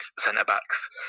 centre-backs